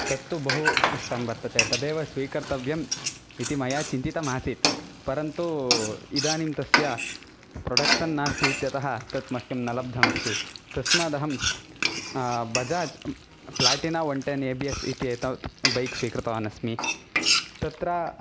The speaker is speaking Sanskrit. तत्तु बहु इष्टं वर्तते तदेव स्वीकर्तव्यम् इति मया चिन्तितमासीत् परन्तु इदानीं तस्य प्रोडक्षन् नास्ति इत्यतः तत् मह्यं न लब्धमस्ति तस्मादहं Bajaj Platina one ten A B S इति एतावत् बैक् स्वीकृतवानस्मि तत्र